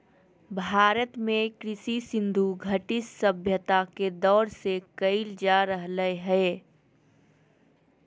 भारत में कृषि सिन्धु घटी सभ्यता के दौर से कइल जा रहलय हें